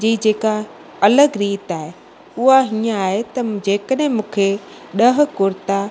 जी जे का अलॻि रीत आहे उहा हीअं आहे त जे कॾहिं मूंखे ॾह कुर्ता